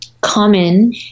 common